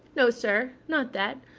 no, sir, not that.